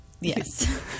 Yes